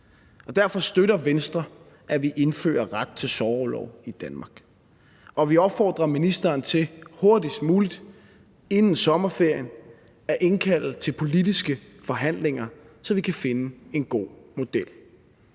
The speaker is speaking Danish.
Derfor støtter Venstre, at vi indfører ret til sorgorlov i Danmark, og vi opfordrer ministeren til hurtigst muligt, inden sommerferien, at indkalde til politiske forhandlinger, så vi kan finde en god model.